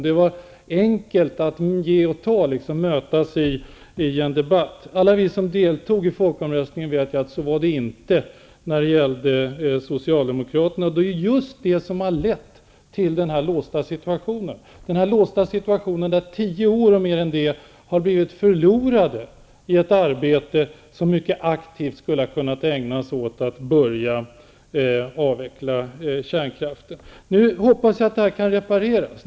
Det var enkelt att ge och ta, att mötas i en debatt. Alla vi som deltog under folkomröstningen vet ju att så förhöll det sig inte med socialdemokraterna. Det är just detta som har lett till den låsta situationen, där mer än tio år har gått förlorade, år som skulle kunna ha ägnats åt ett mycket aktivt arbete på att börja avveckla kärnkraften. Jag hoppas att detta kan repareras.